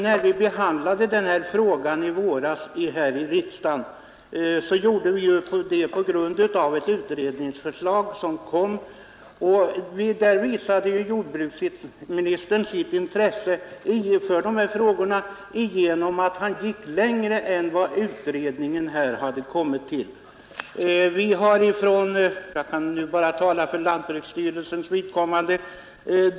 När vi behandlade denna fråga i väras här i riksdagen, skedde det på grundval av ett utredningsförslag. Jordbruksministern visade sitt intresse för dessa frågor genom att gå längre än vad utredningen kommit till. Jag kan bara tala för lantbruksstyrelsens vidkommande.